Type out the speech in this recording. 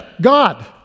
God